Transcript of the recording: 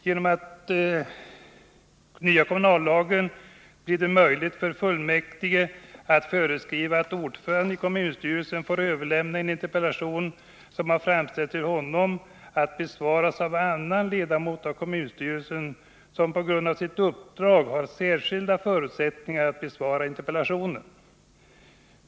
Genom den nya kommunallagen blev det möjligt för kommunfullmäktige att föreskriva att ordföranden i kommunstyrelsen får överlämna en interpellation som har framställts till honom att besvaras av en annan ledamot av kommunstyrelsen, som på grund av sitt uppdrag har särskilda förutsättningar att besvara interpellationen.